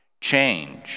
change